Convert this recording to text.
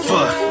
Fuck